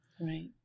Right